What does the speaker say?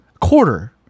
quarter